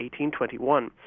1821